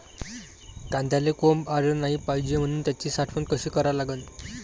कांद्याले कोंब आलं नाई पायजे म्हनून त्याची साठवन कशी करा लागन?